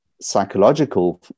psychological